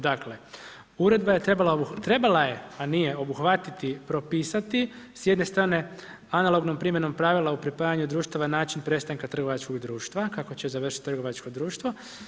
Dakle, uredba je trebala, trebala je a nije obuhvatiti, propisati, s jedne strane, analognom primjenom pravila u pripajanju društava način prestanka trgovačkog društva, kako će završiti trgovačko društvo.